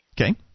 Okay